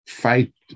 fight